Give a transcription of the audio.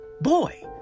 Boy